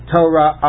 Torah